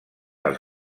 els